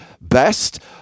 best